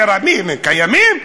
הם קיימים?